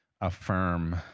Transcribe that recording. affirm